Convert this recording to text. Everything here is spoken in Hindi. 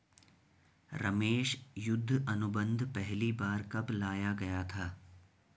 रमेश युद्ध अनुबंध पहली बार कब लाया गया था?